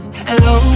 hello